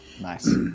Nice